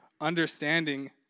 understanding